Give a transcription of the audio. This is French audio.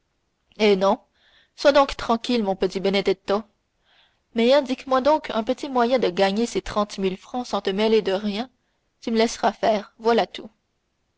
eh non sois donc tranquille mon petit benedetto mais indique-moi donc un petit moyen de gagner ces trente mille francs sans te mêler de rien tu me laisseras faire voilà tout